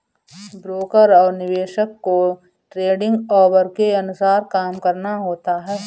broker और निवेशक को ट्रेडिंग ऑवर के अनुसार काम करना होता है